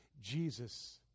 Jesus